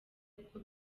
kuko